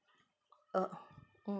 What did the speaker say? err mm